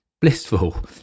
blissful